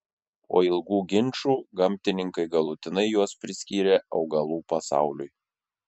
po ilgų ginčų gamtininkai galutinai juos priskyrė augalų pasauliui